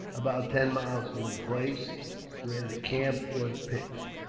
about ten miles from the place where the camp was pitched.